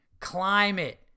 climate